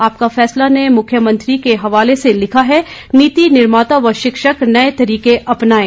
आपका फैसला ने मुख्यमंत्री के हवाले से लिखा है नीति निर्माता व शिक्षक नए तरीके अपनाएं